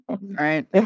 right